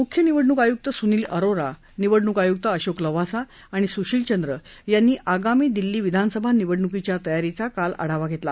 मुख्य निवडणूक आय्क्त स्नील अरोरा निवडणूक आय्क्त अशोक लवासा आणि स्शील चंद्र यांनी आगामी दिल्ली विधानसभा निवडणुकीच्या तयारीचा काल आढावा घेतला